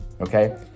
okay